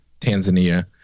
Tanzania